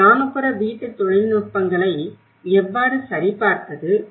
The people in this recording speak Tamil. இந்த கிராமப்புற வீட்டு தொழில்நுட்பங்களை எவ்வாறு சரிபார்ப்பது